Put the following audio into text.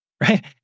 right